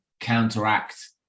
counteract